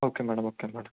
okay madam okay madam